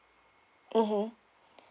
mmhmm